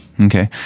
Okay